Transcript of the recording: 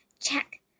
Check